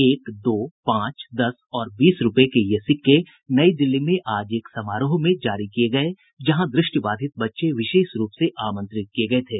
एक दो पांच दस और बीस रूपये के ये सिक्के नई दिल्ली में आज एक समारोह में जारी किये गये जहां द्रष्टिबाधित बच्चे विशेष रूप से आमंत्रित किये गये थे